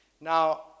now